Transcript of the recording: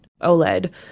OLED